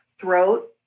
throat